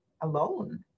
alone